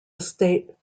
estate